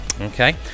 Okay